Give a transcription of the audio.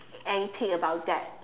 anything about that